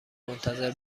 منتظر